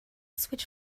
switch